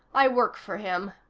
i work for him.